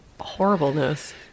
horribleness